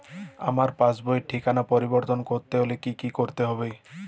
আমার পাসবই র ঠিকানা পরিবর্তন করতে হলে কী করতে হবে?